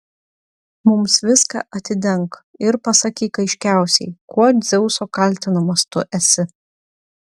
mums viską atidenk ir pasakyk aiškiausiai kuo dzeuso kaltinamas tu esi